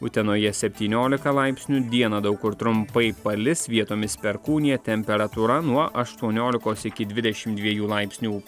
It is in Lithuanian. utenoje septyniolika laipsnių dieną daug kur trumpai palis vietomis perkūnija temperatūra nuo aštuoniolikos iki dvidešim dviejų laipsnių